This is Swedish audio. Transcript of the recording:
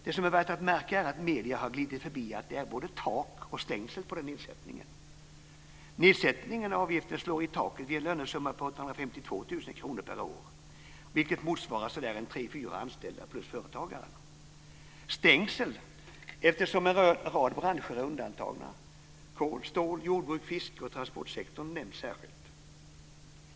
Det som är värt att märka är att medierna har glidit förbi att det är både tak och stängsel på den här nedsättningen. Nedsättningen av avgifter slår i taket vid en lönesumma på 852 000 kr per år. Det motsvarar 3-4 anställda samt företagaren. Stängslet finns där eftersom en rad branscher är undantagna. Kol-, stål-, jordbruks-, fiske och transportsektorn nämns särskilt.